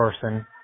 person